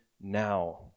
now